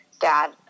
dad